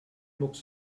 mucks